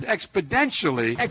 Exponentially